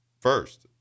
first